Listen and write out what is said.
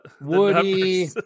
Woody